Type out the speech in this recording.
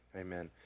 amen